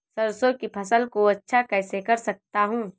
सरसो की फसल को अच्छा कैसे कर सकता हूँ?